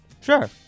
sure